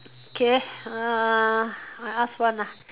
K uh I ask one ah